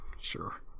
Sure